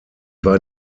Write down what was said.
war